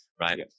right